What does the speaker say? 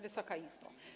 Wysoka Izbo!